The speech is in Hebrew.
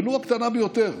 ולו הקטנה ביותר,